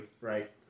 right